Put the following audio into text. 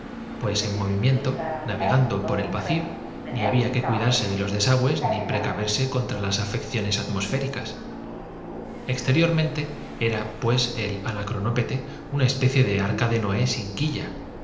pues en movimientona capítulo vii vegando por el vacíoni había que cuidarse de los desagües ni precaverse contra las afecciones atmosfé ricas marchen exteriormente era pues el anacronópete una espe cie de arca de noé sin quilla